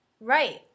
Right